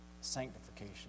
sanctification